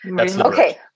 Okay